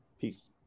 Peace